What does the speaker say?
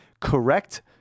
correct